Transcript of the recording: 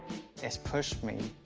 it's pushed me.